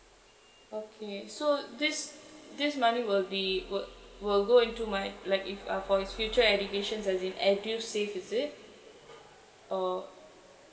okay so this this money will be will will go into my like if uh for his future educations as in edusave is it or